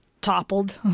toppled